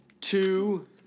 two